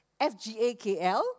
FGAKL